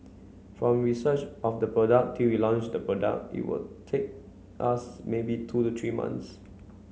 from research of the product till we launch the product it will take us maybe two to three months